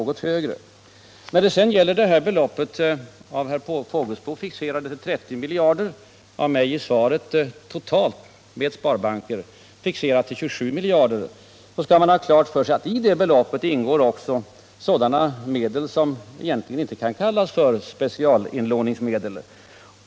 Det belopp som specialinlåningen uppgår till fixerades av herr Fågelsbo = specialinlåningen i till 30 miljarder, av mig i interpellationssvaret till 27 miljarder inkl. spar — bankerna I bankerna. I det beloppet ingår — det skall man ha klart för sig — också medel som egentligen inte kan kallas specialinlåningsmedel.